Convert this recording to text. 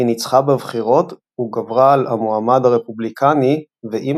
היא ניצחה בבחירות וגברה על המועמד הרפובליקני ועם